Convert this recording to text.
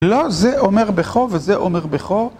לא, זה אומר בכה וזה אומר בכה.